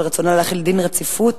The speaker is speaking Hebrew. רצונה להחיל דין רציפות